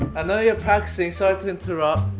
i know you're practicing, sorry to interrupt,